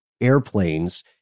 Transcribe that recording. airplanes